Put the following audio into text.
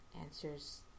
answers